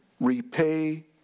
repay